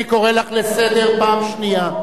אני קורא לך לסדר פעם שנייה.